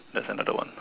that's another one